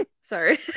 sorry